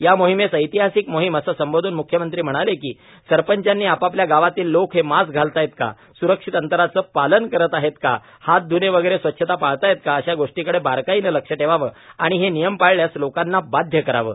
या मोहिमेस ऐतिहासिक मोहीम असे संबोधून म्ख्यमंत्री म्हणाले की सरपंचानी आपापल्या गावातील लोक हे मास्क घालताहेत का स्रक्षित अंतराचे पालन करत आहेत का हात ध्णे वगैरे स्वच्छता पाळताहेत का अशा गोष्टींकडे बारकाईने लक्ष ठेवावे आणि हे नियम पाळण्यास लोकांना बाध्य करावे